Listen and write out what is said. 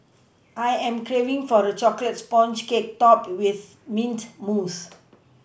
I am craving for a chocolate sponge cake topped with mint mousse